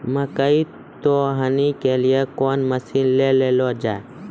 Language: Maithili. मकई तो हनी के लिए कौन मसीन ले लो जाए?